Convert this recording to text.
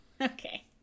Okay